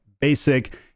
basic